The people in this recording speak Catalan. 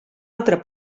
altra